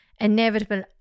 inevitable